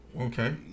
okay